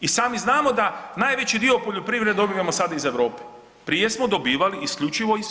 I sami znamo da najveći dio poljoprivrede dobivamo sad iz Europe, prije smo dobivali isključivo iz PDV-a.